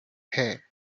hey